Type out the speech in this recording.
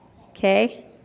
Okay